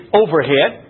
overhead